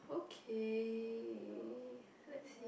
okay let's see